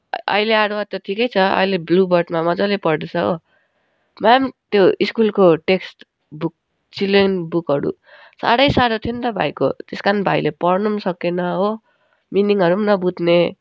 अहिले आरोह त ठिकै छ अहिले ब्लुबर्डमा मजाले पढ्दै छ हो म्याम त्यो स्कुलको टेक्स्ट बुक चिल्ड्रेन बुकहरू साह्रै साह्रो थियो नि त भाइको त्यस कारण भाइले पढ्नु पनि सकेन हो मिनिङहरू पनि नबुझ्ने